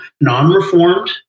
non-reformed